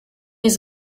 his